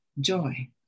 joy